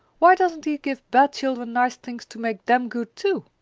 why doesn't he give bad children nice things to make them good too?